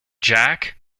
jack